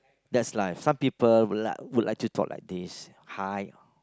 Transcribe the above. that's life some people would like would like to talk like this hi